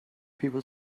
people